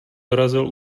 dorazil